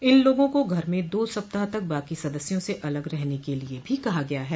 इन लोगों को घर में दो सप्ताह तक बाकी सदस्यों से अलग रहने के लिए भी कहा गया है